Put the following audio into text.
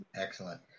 Excellent